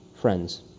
friends